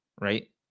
right